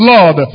Lord